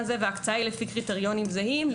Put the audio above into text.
ניתנת לפי קריטריונים זהים,